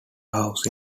house